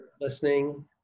listening